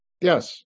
Yes